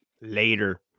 Later